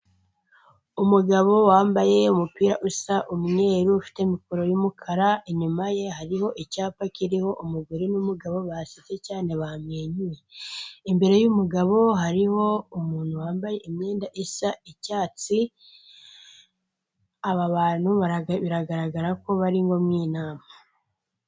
Umugabo wambaye umupira usa umweru ufite mikoro y'umukara inyuma ye hariho icyapa kiriho umugore n'umugabo basetse cyane bamwenyuye, imbere y'umugabo hariho umuntu wambaye imyenda isa icyatsi, aba bantu biragaragara ko bari nko mu nama.